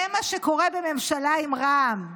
זה מה שקורה בממשלה עם רע"מ.